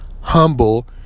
humble